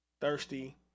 thirsty